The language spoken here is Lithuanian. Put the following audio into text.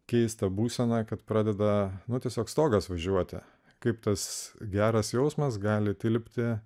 keistą būseną kad pradeda nuo tiesiog stogas važiuoti kaip tas geras jausmas gali tilpti